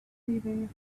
leaving